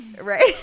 right